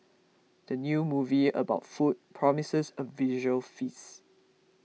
the new movie about food promises a visual feast